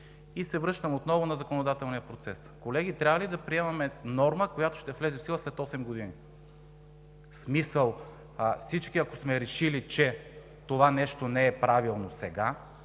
И се връщам отново на законодателния процес. Колеги, трябва ли да приемаме норма, която да влезе в сила след осем години? Ако всички сме решили, че това нещо не е правилно сега,